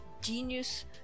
genius